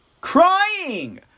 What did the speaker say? crying